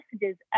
messages